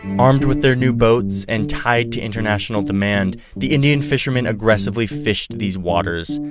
armed with their new boats and tied to international demand, the indian fishermen aggressively fished these waters,